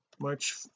march